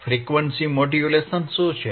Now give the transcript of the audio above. frequency modulation શું છે